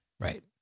Right